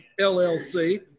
LLC